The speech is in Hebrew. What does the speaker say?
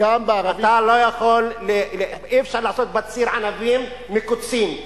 הפתגם בערבית, אי-אפשר לעשות בציר ענבים מקוצים.